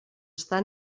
estar